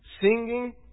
singing